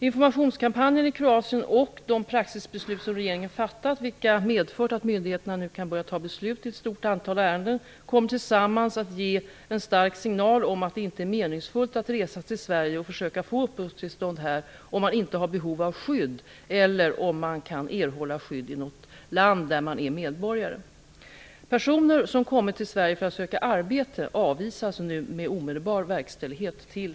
Informationskampanjen i Kroatien och de praxisbeslut som regeringen fattat, vilka medfört att myndigheterna nu kan börja fatta beslut i ett stort antal ärenden, kommer tillsammans att ge en stark signal om att det inte är meningsfullt att resa till Sverige och försöka få uppehållstillstånd här om man inte har behov av skydd eller om man kan erhålla skydd i något land där man är medborgare. Personer som kommit till Sverige för att söka arbete avvisas nu med omedelbar verkställighet till